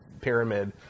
pyramid